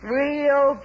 real